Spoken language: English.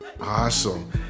Awesome